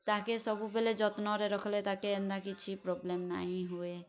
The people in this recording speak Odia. ତାହାକେ ସବୁବେଲେ ଯତ୍ନ ରେ ରଖଲେ ତାକେ ଏନ୍ତା କିଛି ପ୍ରୋବ୍ଲେମ୍ ନାଇଁ ହୁଏ